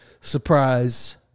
Surprise